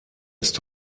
ist